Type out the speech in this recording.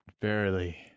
Barely